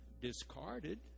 discarded